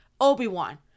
obi-wan